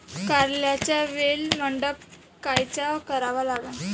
कारल्याचा वेल मंडप कायचा करावा लागन?